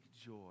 joy